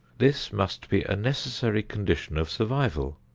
this must be a necessary condition of survival.